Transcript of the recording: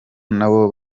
nabo